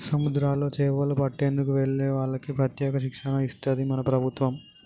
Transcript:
సముద్రాల్లో చేపలు పట్టేందుకు వెళ్లే వాళ్లకి ప్రత్యేక శిక్షణ ఇస్తది మన ప్రభుత్వం